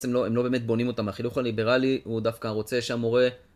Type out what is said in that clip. הם לא באמת בונים אותם לחינוך הליברלי, הוא דווקא רוצה שהמורה...